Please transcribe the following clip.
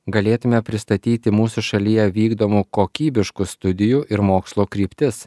galėtume pristatyti mūsų šalyje vykdomų kokybiškų studijų ir mokslo kryptis